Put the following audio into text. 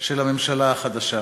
של הממשלה החדשה.